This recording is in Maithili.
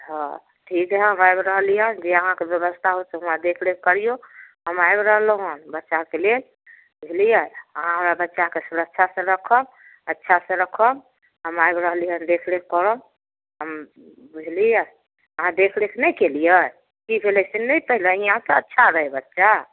हँ ठीक हइ हम आबि रहली हन जे अहाँके व्यवस्था हुए से वहाँ देखरेख करियौ हम आबि रहलहुँ हन बच्चाके लेल बुझलियै अहाँ हमरा बच्चाकेँ सुरक्षासँ रखब अच्छासँ राखब हम आबि रहली हन देखरेख करब हम बुझलियै अहाँ देखरेख नहि केलियै की भेलै से नहि पहिले ही यहाँ तऽ अच्छा रहै बच्चा